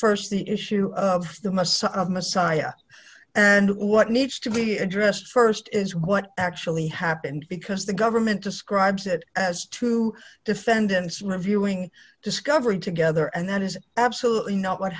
address st the issue of messiah and what needs to be addressed st is what actually happened because the government describes it as two defendants reviewing discovery together and that is absolutely not what